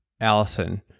Allison